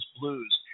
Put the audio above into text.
blues